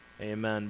Amen